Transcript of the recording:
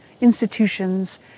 institutions